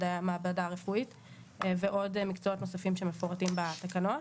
מדעי המעבדה הרפואית ועוד מקצועות נוספים שמפורטים בתקנות.